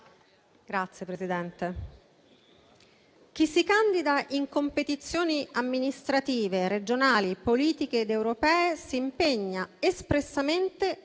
Signor Presidente, chi si candida in competizioni amministrative, regionali, politiche ed europee si impegna espressamente a